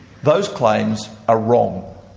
those claims are wrong.